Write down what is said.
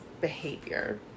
behavior